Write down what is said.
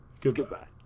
Goodbye